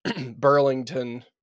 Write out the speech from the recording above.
Burlington